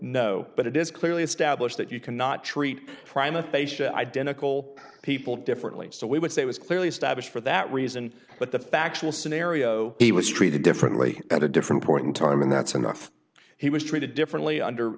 no but it is clearly established that you cannot treat prime aphasia identical people differently so we would say was clearly established for that reason but the factual scenario he was treated differently had a different point in time and that's enough he was treated differently under